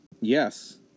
Yes